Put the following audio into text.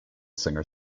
singer